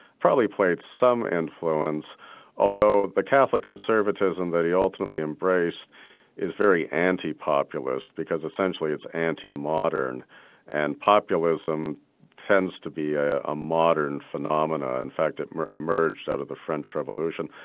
probably played some influence although the catholic conservatism that he ultimately embraced is very anti-populist because essentially it's anti-modern and populism tends to be a ah modern phenomenon. ah in fact it emerged out of the french revolution.